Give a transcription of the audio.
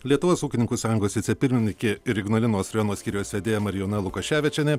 lietuvos ūkininkų sąjungos vicepirmininkė ir ignalinos rajono skyriaus vedėja marijona lukaševičienė